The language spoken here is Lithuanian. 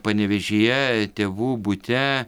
panevėžyje tėvų bute